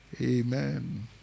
Amen